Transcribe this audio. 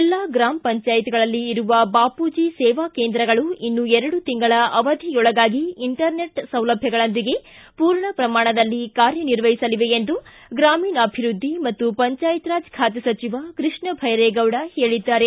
ಎಲ್ಲಾ ಗ್ರಾಮ ಪಂಚಾಯತ್ಗಳಲ್ಲಿ ಇರುವ ಬಾಪೂಜಿ ಸೇವಾ ಕೇಂದ್ರಗಳು ಇನ್ನು ಎರಡು ತಿಂಗಳ ಅವಧಿಯೊಳಗಾಗಿ ಇಂಟರ್ನೆಟ್ ಸೌಲಭ್ಯಗಳೊಂದಿಗೆ ಪೂರ್ಣ ಪ್ರಮಾಣದಲ್ಲಿ ಕಾರ್ಯನಿರ್ವಹಿಸಲಿವೆ ಎಂದು ಗ್ರಾಮೀಣಾಭಿವೃದ್ಧಿ ಮತ್ತು ಪಂಚಾಯತರಾಜ್ ಖಾತೆ ಸಚಿವ ಕೃಷ್ಣ ಭೈರೇಗೌಡ ಹೇಳಿದ್ದಾರೆ